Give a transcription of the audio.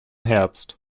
herbst